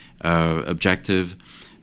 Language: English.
objective